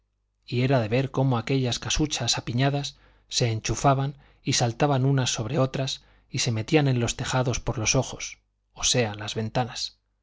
y era de ver cómo aquellas casuchas apiñadas se enchufaban y saltaban unas sobre otras y se metían los tejados por los ojos o sean las ventanas